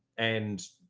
and,